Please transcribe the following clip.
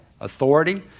authority